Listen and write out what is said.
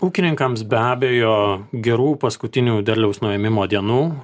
ūkininkams be abejo gerų paskutinių derliaus nuėmimo dienų